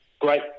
Great